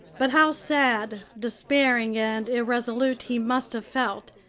but how sad, despairing, and irresolute he must have felt,